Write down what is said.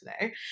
today